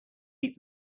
keep